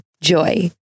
Joy